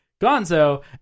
Gonzo